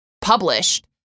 published